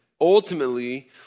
ultimately